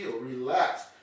Relax